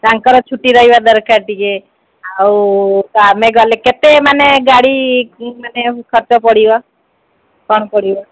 ତାଙ୍କର ଛୁଟି ରହିବା ଦରକାର ଟିକେ ଆଉ ତ ଆମେ ଗଲେ କେତେ ମାନେ ଗାଡ଼ି ମାନେ ଖର୍ଚ୍ଚ ପଡ଼ିବ କ'ଣ ପଡ଼ିବ